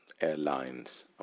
airlines